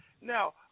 Now